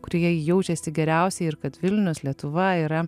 kurioje ji jaučiasi geriausiai ir kad vilnius lietuva yra